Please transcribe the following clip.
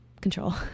control